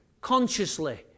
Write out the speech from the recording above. consciously